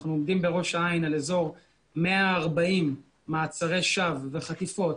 אנחנו עומדים בראש העין על אזור 140 מעצרי שווא וחטיפות.